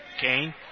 Kane